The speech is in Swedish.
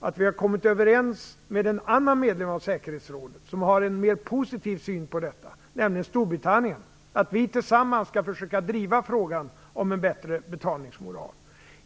Vi har kommit överens med en annan medlem av säkerhetsrådet som har en mera positiv syn på detta, nämligen Storbritannien. Tillsammans skall vi försöka driva frågan om en bättre betalningsmoral.